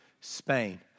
Spain